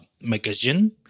magazine